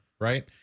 right